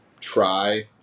try